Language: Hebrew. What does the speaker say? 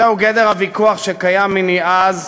זהו גדר הוויכוח שקיים מני אז,